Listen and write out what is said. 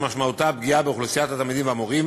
שמשמעותה פגיעה באוכלוסיית התלמידים והמורים.